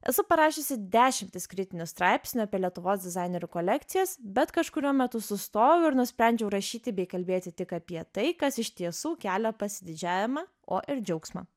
esu parašiusi dešimtis kritinių straipsnių apie lietuvos dizainerių kolekcijas bet kažkuriuo metu sustojau ir nusprendžiau rašyti bei kalbėti tik apie tai kas iš tiesų kelia pasididžiavimą o ir džiaugsmą